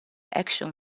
action